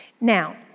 Now